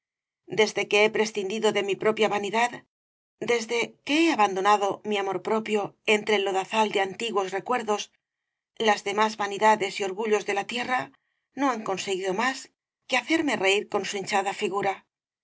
desde que he prescindido de mi propia vanidad desde que he abandonado mi amor propio entre el lodazal de antiguos recuerdos las demás vanidades y orgullos de la tierra no han conseguido más que hacerme reir con su hinchada figura